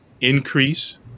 increase